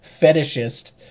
fetishist